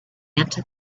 into